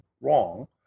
wrong